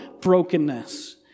brokenness